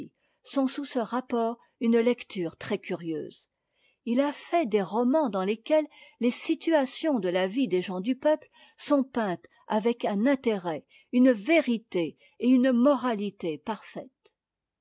sont sous ce rapport une lecture très curieuse il a fait des romans dans lesquels les situations de la vie des gens du peuple sont peintes avec un intérêt une vérité et une moralité parfaites